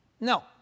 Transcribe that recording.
No